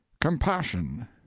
compassion